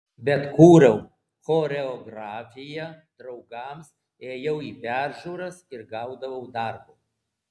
bet kūriau choreografiją draugams ėjau į peržiūras ir gaudavau darbo